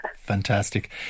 Fantastic